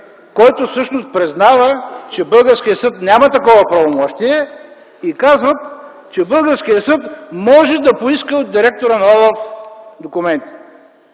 който всъщност признава, че българският съд няма такова правомощие и казват, че българският съд може да поиска от директора на ОЛАФ документи.